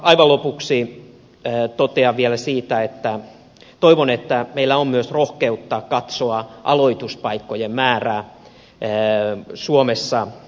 aivan lopuksi totean vielä että toivon että meillä on myös rohkeutta katsoa aloituspaikkojen määrää suomessa